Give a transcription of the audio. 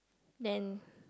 then